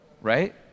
right